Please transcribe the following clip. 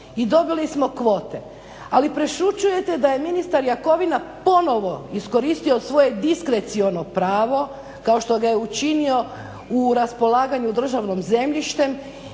I dobili smo kvote. Ali prešućujete da je ministar Jakovina ponovno iskoristio svoje diskreciono pravo, kao što ga je učinio u raspolaganju državnim zemljištem,